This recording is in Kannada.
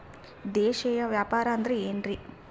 ದೇಶೇಯ ವ್ಯಾಪಾರ ಅಂದ್ರೆ ಏನ್ರಿ?